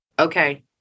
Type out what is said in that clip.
Okay